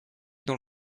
dans